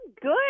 good